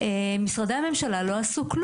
אין לנו משהו להוסיף,